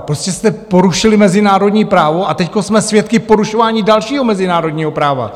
Prostě jste porušili mezinárodní právo a teď jsme svědky porušování dalšího mezinárodního práva.